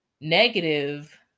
negative